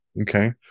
Okay